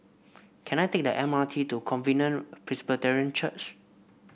can I take the M R T to Covenant Presbyterian Church